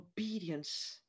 obedience